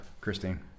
Christine